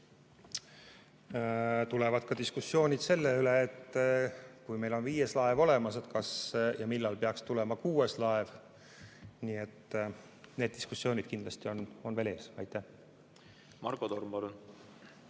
tulevad ka diskussioonid selle üle, et kui meil on viies laev olemas, siis kas ja millal peaks tulema kuues laev. Need diskussioonid on kindlasti veel ees. Marko Torm,